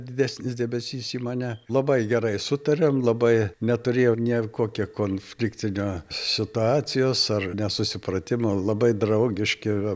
didesnis dėmesys į mane labai gerai sutariam labai neturėjom nė kokio konfliktinio situacijos ar nesusipratimo labai draugiški